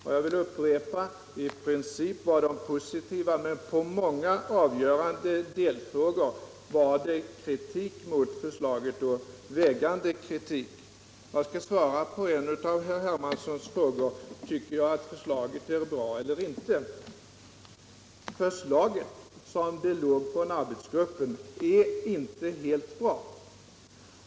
Och jag vill upprepa: I princip var de positiva, men i många delfrågor fanns det kritik mot förslaget, vägande kritik. Jag skall svara på en av herr Hermanssons frågor, nämligen den om jag tycker att förslaget är bra eller inte. Förslaget, som det kom från arbetsgruppen, är inte helt bra.